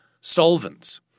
solvents